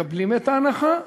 מקבלים את ההנחה,